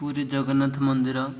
ପୁରୀ ଜଗନ୍ନାଥ ମନ୍ଦିର